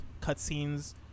cutscenes